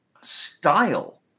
style